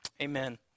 Amen